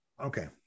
okay